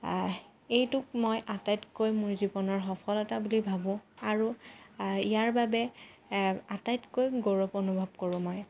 এইটোক মই আটাইতকৈ মোৰ জীৱনৰ সফলতা বুলি ভাবোঁ আৰু ইয়াৰ বাবে আটাইতকৈ গৌৰৱ অনুভৱ কৰোঁ মই